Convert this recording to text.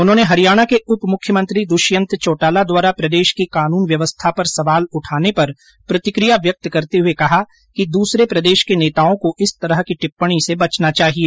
उन्होंने हरियाणा के उप मुख्यमंत्री दुष्यंत चोटाला द्वारा प्रदेश की कानून व्यवस्था पर सवाल उठाने पर प्रतिकिया व्यक्त करते हुए कहा कि दूसरे प्रदेश के नेताओं को इस तरह की टिप्पणी से बचना चाहिए